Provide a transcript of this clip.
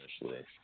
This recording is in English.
initially